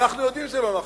אנחנו יודעים שזה לא נכון.